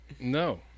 No